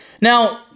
Now